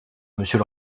monsieur